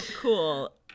Cool